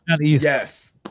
Yes